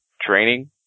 Training